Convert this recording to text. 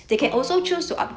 oh